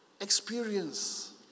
experience